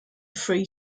free